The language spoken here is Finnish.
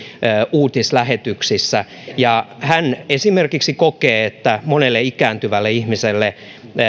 uutislähetyksissä hän esimerkiksi kokee että monelle ikääntyvälle ihmiselle